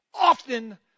often